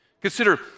Consider